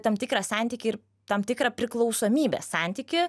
tam tikrą santykį ir tam tikrą priklausomybės santykį